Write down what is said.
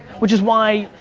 which is why,